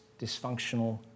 dysfunctional